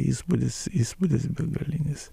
įspūdis įspūdis begalinis